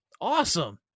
Awesome